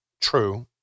true